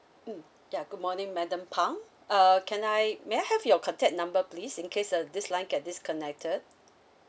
mm ya good morning madam phang uh can I may I have your contact number please in case uh this line get disconnected